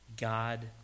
God